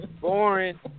Boring